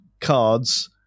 cards